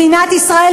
מדינת ישראל,